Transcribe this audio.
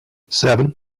seven